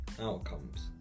outcomes